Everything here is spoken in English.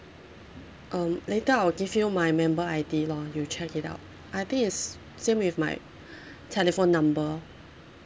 um later I'll give you my member I_D loh you check it out I think it's same with my telephone number